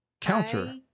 counter